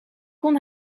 kon